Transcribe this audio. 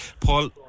Paul